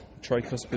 tricuspid